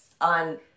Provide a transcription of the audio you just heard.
on